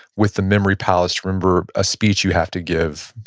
with the memory palace, remember a speech you have to give?